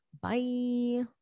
bye